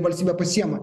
valstybė pasiima